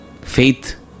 faith